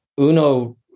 Uno